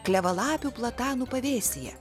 klevalapių platanų pavėsyje